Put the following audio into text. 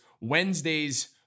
Wednesday's